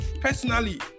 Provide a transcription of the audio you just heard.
Personally